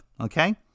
Okay